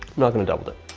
not gonna double dip.